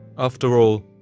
after all,